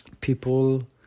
people